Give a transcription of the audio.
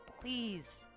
Please